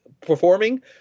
Performing